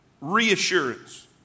reassurance